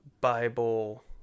Bible